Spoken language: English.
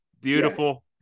beautiful